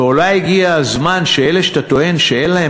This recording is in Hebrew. ואולי הגיע הזמן שאלה שאתה טוען שאין להם